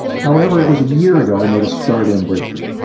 however, it was a year ago i made a startling breakthrough.